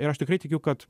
ir aš tikrai tikiu kad